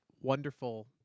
wonderful